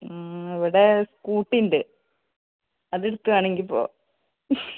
ആ ഇവിടെ സ്കൂട്ടി ഉണ്ട് അതെടുത്ത് വേണമെങ്കിൽ പോ